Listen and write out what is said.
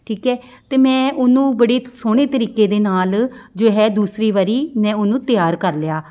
ਠੀਕ ਹੈ ਅਤੇ ਮੈਂ ਉਹਨੂੰ ਬੜੇ ਸੋਹਣੇ ਤਰੀਕੇ ਦੇ ਨਾਲ ਜੋ ਹੈ ਦੂਸਰੀ ਵਾਰੀ ਮੈਂ ਉਹਨੂੰ ਤਿਆਰ ਕਰ ਲਿਆ